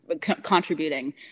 contributing